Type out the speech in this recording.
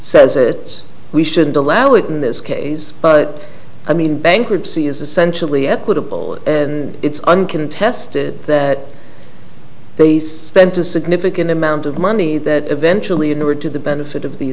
says that we shouldn't allow it in this case but i mean bankruptcy is essentially equitable and it's uncontested that they spent a significant amount of money that eventually and were to the benefit of the